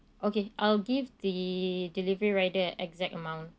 okay I'll give the delivery rider exact amount